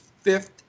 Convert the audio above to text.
fifth